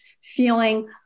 feeling